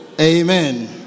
Amen